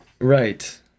right